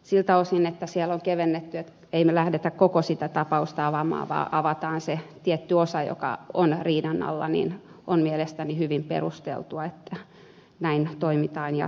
siltä osin että siellä on kevennetty että ei lähdetä koko sitä tapausta avaamaan vaan avataan se tietty osa joka on riidan alla on mielestäni hyvin perusteltua että näin toimitaan jatkossa